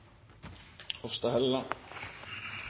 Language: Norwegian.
Hofstad Helleland